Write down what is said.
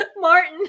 Martin